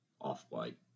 Off-white